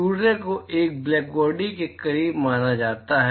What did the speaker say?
सूर्य को एक ब्लैकबॉडी के करीब माना जाता है